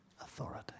authority